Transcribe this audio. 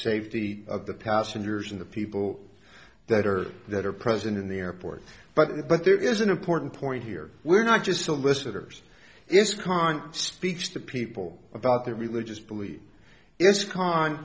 safety of the passengers and the people that are that are present in the airport but but there is an important point here we're not just solicitors is current speech to people about their religious beliefs it's c